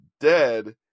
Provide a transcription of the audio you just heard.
dead